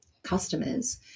customers